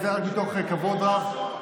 וזה רק מתוך כבוד רב,